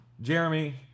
Jeremy